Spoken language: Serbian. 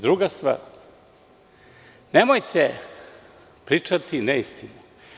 Druga stvar, nemojte pričati neistine.